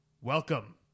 Welcome